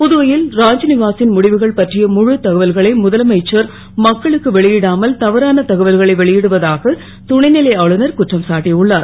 புதுவை ல் ராஜ் வாசின் முடிவுகள் பற்றிய முழுத் தகவல்களை முதலமைச்சர் மக்களுக்கு வெளி டாமல் தவறான தகவல்களை வெளி டுவதாக துணை லை ஆளுநர் குற்றம் சாட்டியுள்ளார்